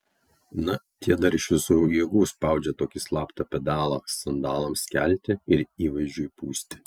na tie dar iš visų jėgų spaudžia tokį slaptą pedalą sandalams kelti ir įvaizdžiui pūsti